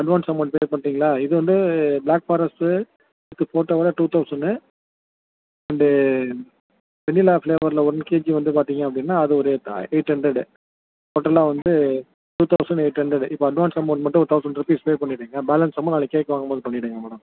advance amount pay பண்ணிட்டீங்களா இது வந்து ப்ளாக் ஃபாரெஸ்ட்டு அதுக்கு ஃபோட்டோவோட டூ தெளசன்னு அண்டு வெண்ணிலா ஃப்ளேவரில் ஒன் கேஜி வந்து பார்த்தீங்க அப்படின்னா அது ஒரு எயிட் ஹண்ரடு டோட்டலாக வந்து டூ தெளசன்ட் எயிட் ஹண்ரடு இப்போ அட்வான்ஸ் அமௌன்ட் மட்டும் ஒரு தெளசன்ட் ருப்பீஸ் பே பண்ணிவிடுங்க பேலன்ஸ் அமௌன்ட் நாளைக்கு கேக் வாங்கும்போது பண்ணிவிடுங்க மேடம்